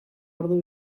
ordu